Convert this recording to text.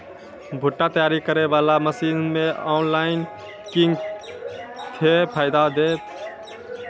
भुट्टा तैयारी करें बाला मसीन मे ऑनलाइन किंग थे फायदा हे?